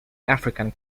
african